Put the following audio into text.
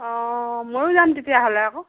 অঁ ময়ো যাম তেতিয়াহ'লে আকৌ